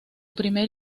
primer